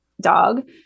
dog